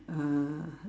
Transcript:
uh